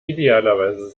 idealerweise